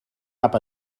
cap